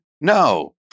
no